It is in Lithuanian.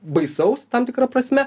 baisaus tam tikra prasme